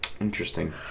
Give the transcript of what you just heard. Interesting